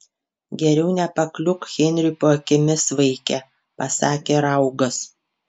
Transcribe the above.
geriau nepakliūk henriui po akimis vaike pasakė raugas